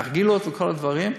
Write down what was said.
נרגילות וכל הדברים,